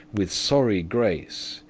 with sorry grace,